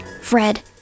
Fred